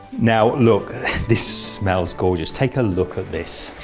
now look this smells gorgeous, take a look at this,